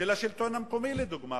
של השלטון המקומי לדוגמה.